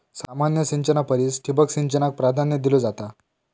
सामान्य सिंचना परिस ठिबक सिंचनाक प्राधान्य दिलो जाता